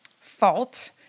fault